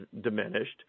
diminished